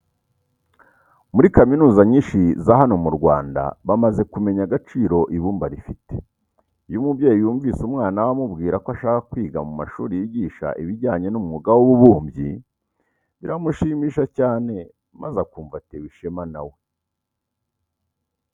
Muri kaminuza nyinshi za hano mu Rwanda bamaze kumenya agaciro ibumba rifite. Iyo umubyeyi yumvise umwana we amubwira ko ashaka kwiga mu mashuri yigisha ibijyanye n'umwuga w'ububumbyi biramushimisha cyane maze akumva atewe ishema na we.